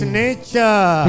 nature